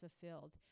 fulfilled